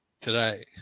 today